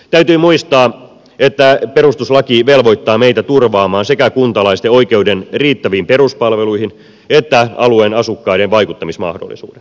täytyy muistaa että perustuslaki velvoittaa meitä turvaamaan sekä kuntalaisten oikeuden riittäviin peruspalveluihin että alueen asukkaiden vaikuttamismahdollisuudet